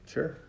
Sure